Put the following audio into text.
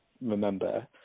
remember